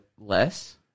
less